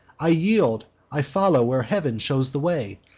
i yield, i follow where heav'n shews the way.